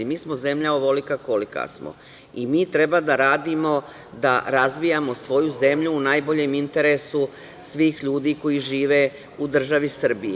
Mi smo zemlja ovolika kolika smo i mi treba da radimo, da razvijamo svoju zemlju u najboljem interesu svih ljudi koji žive u državi Srbiji.